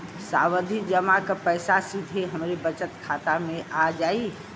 सावधि जमा क पैसा सीधे हमरे बचत खाता मे आ जाई?